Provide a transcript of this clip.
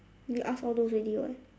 you ask all those already [what]